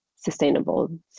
sustainable